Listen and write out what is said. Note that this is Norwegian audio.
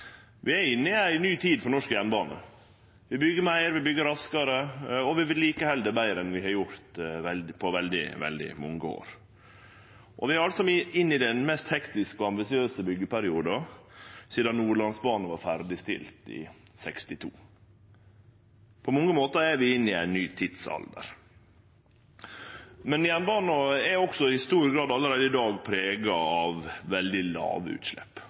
inne i ei ny tid for norsk jernbane. Vi byggjer meir, vi byggjer raskare, og vi held ved like betre enn vi har gjort på veldig, veldig mange år. Vi er inne i den mest hektiske og ambisiøse byggjeperioden sidan Nordlandsbanen vart ferdigstilt i 1962. På mange måtar er vi inne i ein ny tidsalder. Men jernbanen er i stor grad allereie i dag prega av veldig